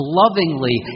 lovingly